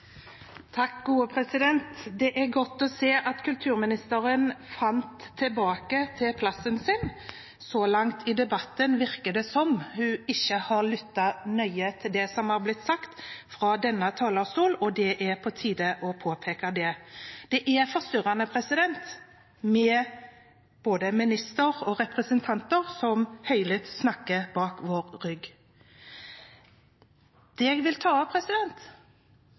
langt i debatten virker det som om hun ikke har lyttet nøye til det som er blitt sagt fra denne talerstol, og det er på tide å påpeke det. Det er forstyrrende med både en minister og representanter som høylytt snakker bak vår rygg. Det jeg vil ta opp,